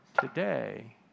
today